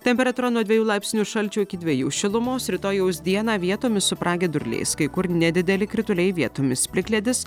temperatūra nuo dviejų laipsnių šalčio iki dviejų šilumos rytojaus dieną vietomis su pragiedruliais kai kur nedideli krituliai vietomis plikledis